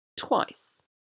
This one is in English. Twice